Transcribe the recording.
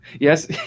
Yes